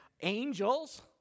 angels